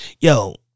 Yo